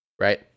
right